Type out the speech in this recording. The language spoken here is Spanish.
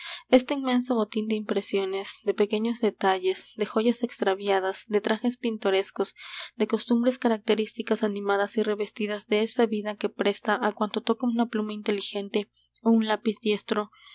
este inmenso botín de impresiones de pequeños detalles de joyas extraviadas de trajes pintorescos de costumbres características animadas y revestidas de esa vida que presta á cuanto toca una pluma inteligente ó un lápiz diestro